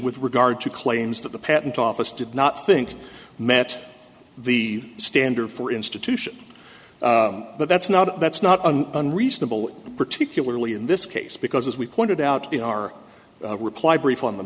with regard to claims that the patent office did not think met the standard for institution but that's not that's not unreasonable particularly in this case because as we pointed out in our reply brief on the